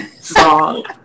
song